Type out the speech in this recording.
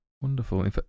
Wonderful